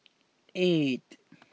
eight